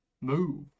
move